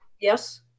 Yes